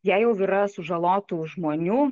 jei jau yra sužalotų žmonių